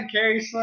Carrie